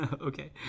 Okay